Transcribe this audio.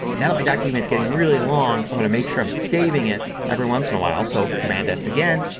now my document is getting really long i want to make sure i'm saving it every once in a while. so command s again.